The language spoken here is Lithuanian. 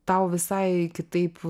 tau visai kitaip